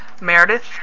Meredith